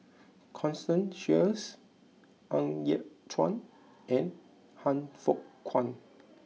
Constance Sheares Ng Yat Chuan and Han Fook Kwang